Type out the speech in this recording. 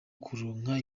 kuronka